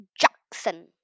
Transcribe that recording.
Jackson